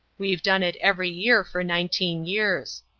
we've done it every year for nineteen years.